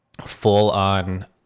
full-on